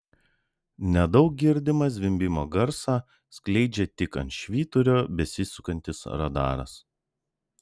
nedaug girdimą zvimbimo garsą skleidžia tik ant švyturio besisukantis radaras